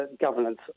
governance